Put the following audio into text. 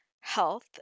health